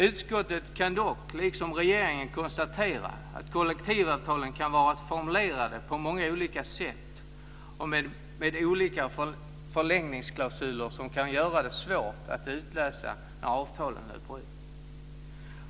Utskottet kan dock liksom regeringen konstatera att kollektivavtalen kan vara formulerade på många olika sätt och med olika förlängningsklausuler som kan göra det svårt att utläsa när avtalen löper ut.